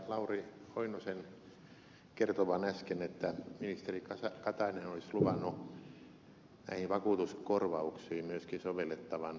lauri oinosen kertovan äsken että ministeri katainen olisi luvannut näihin vakuutuskorvauksiin myöskin sovellettavan veronhuojennusta